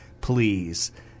please